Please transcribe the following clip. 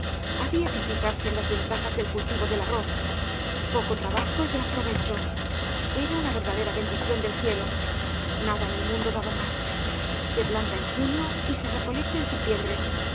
había que fijarse en las ventajas del cultivo del arroz poco trabajo y gran provecho era una verdadera bendición del cielo nada en el mundo daba más se planta en junio y se recolecta en septiembre